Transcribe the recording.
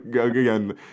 again